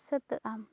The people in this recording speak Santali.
ᱥᱟᱹᱛᱟᱹᱜᱼᱟ